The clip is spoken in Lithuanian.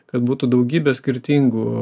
kad būtų daugybė skirtingų